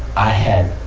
i had